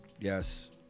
Yes